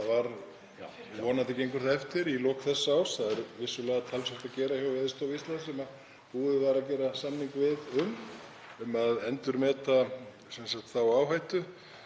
vonandi gengur það eftir í lok þessa árs. Það er vissulega talsvert að gera hjá Veðurstofu Íslands sem búið var að gera samning við um að endurmeta þá áhættu.